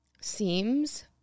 seems